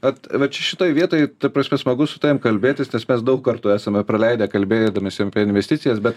vat vat čia šitoj vietoj ta prasme smagu su tavim kalbėtis nes mes daug kartų esame praleidę kalbėdamiesi apie investicijas bet